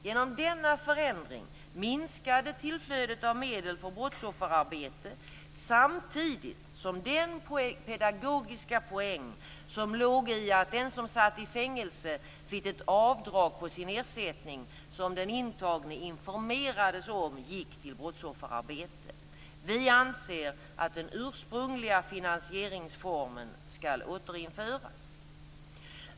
Genom denna förändring minskade tillflödet av medel för brottsofferarbete samtidigt som den pedagogiska poäng som låg i att den som satt i fängelse fick ett avdrag på sin ersättning, som den intagne informerades om gick till brottsofferarbete, gick förlorad. Vi moderater anser att den ursprungliga finanseringsformen skall återinföras.